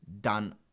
done